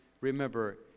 remember